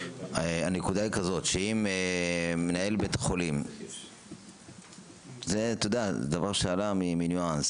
הנקודה היא כזאת שאם מנהל בית חולים זה דבר שעלה מניואנס